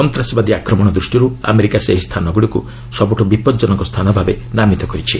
ସନ୍ତାସବାଦୀ ଆକ୍ରମଣ ଦୃଷ୍ଟିରୁ ଆମେରିକା ସେହି ସ୍ଥାନଗୁଡ଼ିକୁ ସବୁଠୁ ବିପଜ୍ଜନକ ସ୍ଥାନ ଭାବେ ନାମିତ କରିଛି